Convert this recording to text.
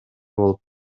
болуп